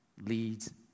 leads